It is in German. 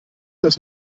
das